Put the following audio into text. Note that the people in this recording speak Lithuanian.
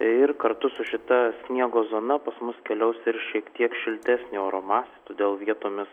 ir kartu su šita sniego zona pas mus keliaus ir šiek tiek šiltesni oro masė todėl vietomis